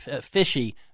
fishy